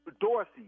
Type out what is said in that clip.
Dorsey